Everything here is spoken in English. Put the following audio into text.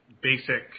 basic